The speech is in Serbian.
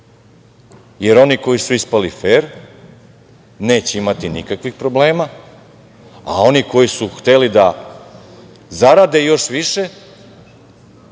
Jer, oni koji su ispali fer neće imati nikakvih problema, a oni koji su hteli da zarade još više